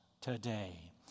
today